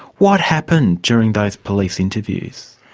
what happened during those police interviews?